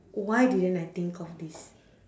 why didn't I think of this